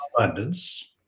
Abundance